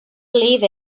believe